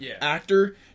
actor